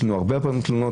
יש לנו הרבה פעמים תלונות,